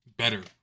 better